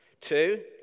Two